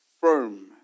Firm